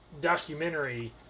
documentary